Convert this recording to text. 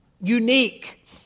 unique